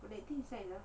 but that thing is nice ah